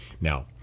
Now